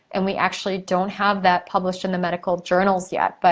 and we actually don't have that published in the medical journals yet. but